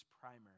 primary